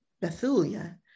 Bethulia